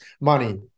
money